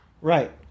Right